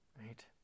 right